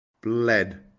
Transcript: Bled